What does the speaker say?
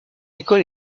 école